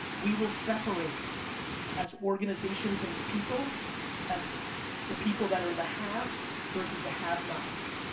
we will separate as organizations and as people as the people that are the haves versus the have-nots.